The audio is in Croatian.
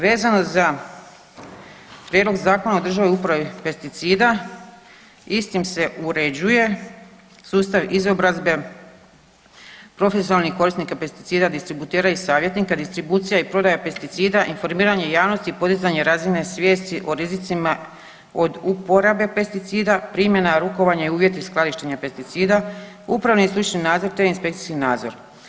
Vezano za Prijedlog zakona o održivoj uporabi pesticida istim se uređuje sustav izobrazbe profesionalnih korisnika pesticida, distributera i savjetnika, distribucija i prodaja pesticida, informiranje javnosti i podizanje razine svijesti o rizicima od uporabe pesticida, primjena, rukovanje i uvjeti skladištenja pesticida, upravni i stručni nadzor, te inspekcijski nadzor.